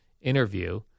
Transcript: interview